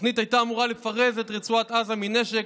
התוכנית הייתה אמורה לפרז את רצועת עזה מנשק,